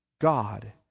God